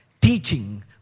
Teaching